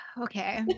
okay